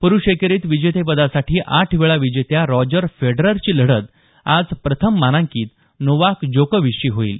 प्रूष एकेरीत विजेतेपदासाठी आठ वेळा विजेत्या रॉजर फेडररची लढत आज प्रथम मानांकित नोवाक जोकोविकशी होईल